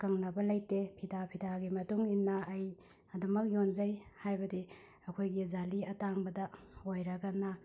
ꯑꯀꯛꯅꯕ ꯂꯩꯇꯦ ꯐꯤꯗꯥ ꯐꯤꯗꯥꯒꯤ ꯃꯇꯨꯡꯏꯟꯅ ꯑꯩ ꯑꯗꯨꯝꯃꯛ ꯌꯣꯟꯖꯩ ꯍꯥꯏꯕꯗꯤ ꯑꯩꯈꯣꯏꯒꯤ ꯖꯥꯂꯤ ꯑꯇꯥꯡꯕꯗ ꯑꯣꯏꯔꯒꯅ